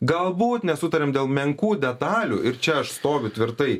galbūt nesutariam dėl menkų detalių ir čia aš stoviu tvirtai